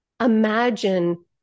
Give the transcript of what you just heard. imagine